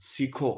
सीखो